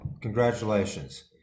Congratulations